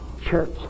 church